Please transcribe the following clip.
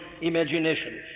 imagination